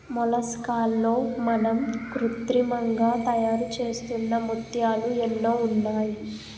మొలస్కాల్లో మనం కృత్రిమంగా తయారుచేస్తున్న ముత్యాలు ఎన్నో ఉన్నాయి